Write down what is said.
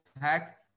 hack